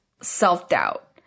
Self-doubt